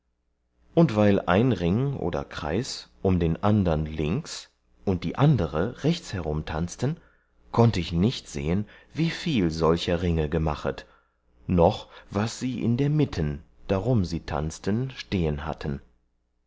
und weil ein ring oder kreis um den andern links und die andere rechtsherum tanzten konnte ich nicht sehen wieviel solcher ringe gemachet noch was sie in der mitten darum sie tanzten stehen hatten